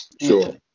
Sure